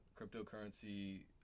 cryptocurrency